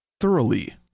thoroughly